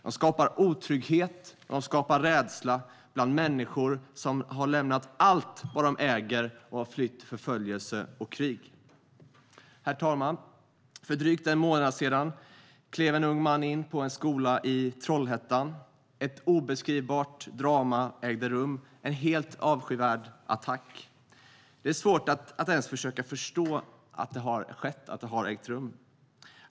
De skapar otrygghet och de skapar rädsla bland människor som har lämnat allt vad de äger och har flytt förföljelse och krig. Herr talman! För drygt en månad sedan klev en ung man in på en skola i Trollhättan. Ett obeskrivbart drama ägde rum. Det var en helt avskyvärd attack. Det är svårt att ens försöka förstå att det har ägt rum.